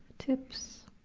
tips,